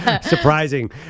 Surprising